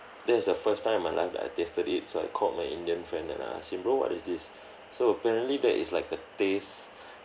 that is the first time in my life that I tasted it so I called my indian friend and I ask him bro what is this so apparently that is like a taste